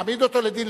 להעמיד אותו לדין.